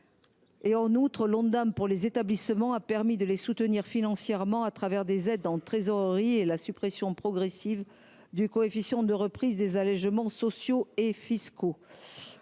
le cadre de l’Ondam, les établissements ont aussi pu être soutenus financièrement au travers des aides en trésorerie et de la suppression progressive du coefficient de reprise des allégements sociaux et fiscaux.